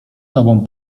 tobą